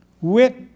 Wit